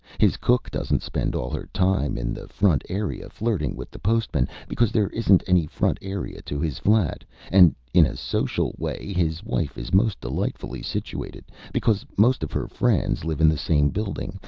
his cook doesn't spend all her time in the front area flirting with the postman, because there isn't any front area to his flat and in a social way his wife is most delightfully situated, because most of her friends live in the same building,